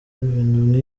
ibintu